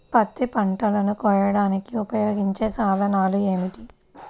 పత్తి పంటలను కోయడానికి ఉపయోగించే సాధనాలు ఏమిటీ?